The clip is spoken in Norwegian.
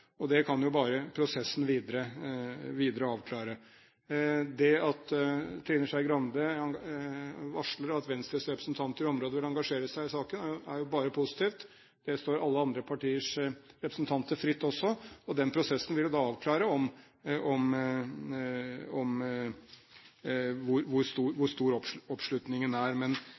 små. Det kan jo bare prosessen videre avklare. Det at Trine Skei Grande varsler at Venstres representanter i området vil engasjere seg i saken, er jo bare positivt. Det står alle andre partiers representanter fritt også, og den prosessen vil da avklare hvor stor oppslutningen er.